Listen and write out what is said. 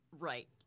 Right